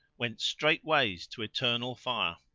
went straightways to eternal fire.